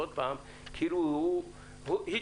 לגורמים הצרכניים בממשלה: משרד המשפטים,